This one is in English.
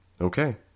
Okay